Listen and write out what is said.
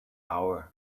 hour